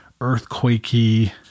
earthquakey